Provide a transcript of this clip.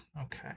Okay